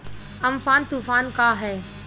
Amphan तुफान का ह?